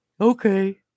Okay